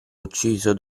ucciso